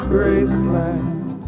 Graceland